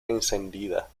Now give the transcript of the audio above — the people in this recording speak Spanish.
encendida